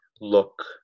look